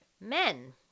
men